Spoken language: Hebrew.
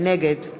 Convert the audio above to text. נגד